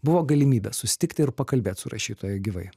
buvo galimybė susitikti ir pakalbėt su rašytoja gyvai